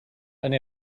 eine